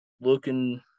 looking